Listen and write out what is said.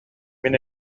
мин